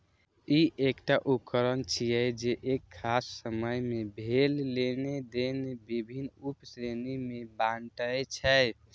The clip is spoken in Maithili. ई एकटा उकरण छियै, जे एक खास समय मे भेल लेनेदेन विभिन्न उप श्रेणी मे बांटै छै